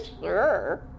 sure